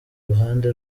ruhande